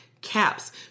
caps